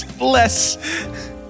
less